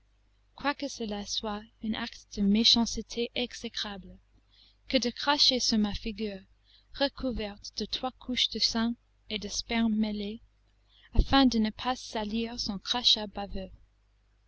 quoique cela soit un acte de méchanceté exécrable que de cracher sur ma figure recouverte de trois couches de sang et de sperme mêlés afin de ne pas salir son crachat baveux